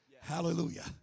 Hallelujah